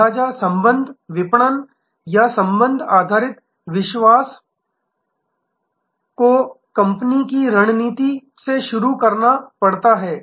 लिहाजा संबंध विपणन या संबंध आधारित विश्वास रिलेशनशिप मार्केटिंग या रिलेशनशिप बेस्ड ट्रस्ट को कंपनी की रणनीति कॉरपोरेट स्ट्रैटेजी से शुरू करना पड़ता है